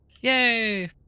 Yay